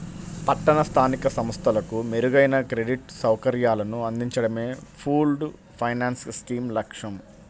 పట్టణ స్థానిక సంస్థలకు మెరుగైన క్రెడిట్ సౌకర్యాలను అందించడమే పూల్డ్ ఫైనాన్స్ స్కీమ్ లక్ష్యం